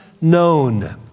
known